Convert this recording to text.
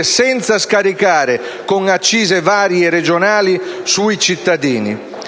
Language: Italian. senza scaricare con varie accise regionali il relativo